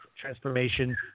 Transformation